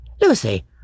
Lucy